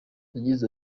yagize